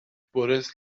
برس